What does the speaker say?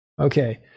Okay